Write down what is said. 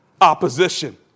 opposition